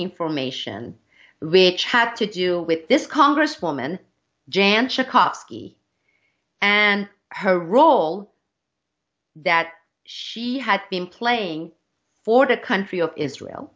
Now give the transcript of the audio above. information which had to do with this congresswoman jan schakowsky and her role that she had been playing for the country of israel